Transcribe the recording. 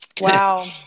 Wow